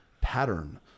pattern